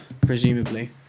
presumably